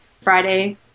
Friday